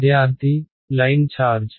విద్యార్థి line charge